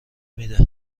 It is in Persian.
میده